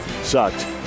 sucked